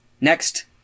Next